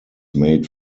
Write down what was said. made